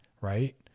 right